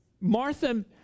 Martha